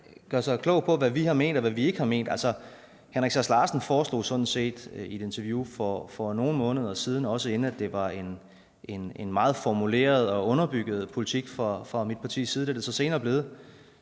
gør sig klog på, hvad vi har ment, og hvad vi ikke har ment, men altså, Henrik Sass Larsen foreslog sådan set i et interview for nogle måneder siden – også inden det var en meget formuleret og underbygget politik fra mit partis side, det er det så senere blevet